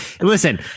Listen